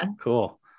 Cool